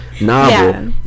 novel